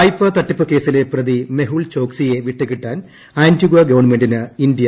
വായ്പാ തട്ടിപ്പ് കേസിലെ പ്രതി മെഹുൽ ചോക്സിയെ വിട്ടുകിട്ടാൻ ആന്റിഗ്വാ ഗവൺമെന്റിന് ഇന്ത്യ കത്ത് നൽകി